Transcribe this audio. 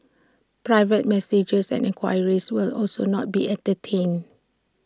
private messages and enquiries will also not be entertained